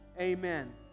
Amen